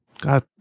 God